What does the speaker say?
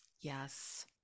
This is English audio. Yes